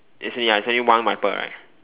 as in ya there's only one wiper right